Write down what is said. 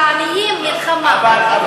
מדברת על מלחמה של העניים, מלחמה.